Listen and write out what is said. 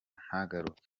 ntagaruke